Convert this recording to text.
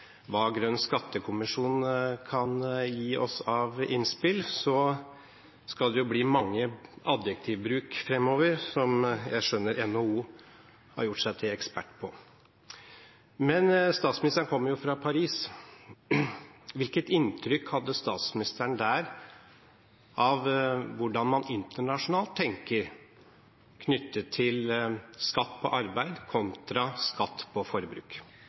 hva Grønn skattekommisjon kan gi oss av innspill, skal det bli mye adjektivbruk fremover – som jeg skjønner NHO har gjort seg til ekspert på. Men statsministeren kommer jo fra Paris. Hvilket inntrykk hadde statsministeren der av hvordan man internasjonalt tenker knyttet til skatt på arbeid kontra skatt på forbruk?